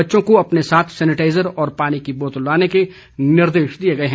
बच्चों को अपने साथ सेनेटाइजर और पानी की बोतल लाने के निर्देश दिए गए हैं